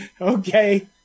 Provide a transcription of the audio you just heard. Okay